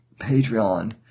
Patreon